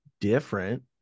different